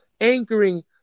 anchoring